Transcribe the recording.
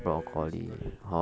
every single day